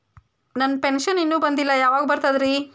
ನನ್ನ ಪೆನ್ಶನ್ ಇನ್ನೂ ಬಂದಿಲ್ಲ ಯಾವಾಗ ಬರ್ತದ್ರಿ?